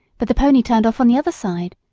but the pony turned off on the other side.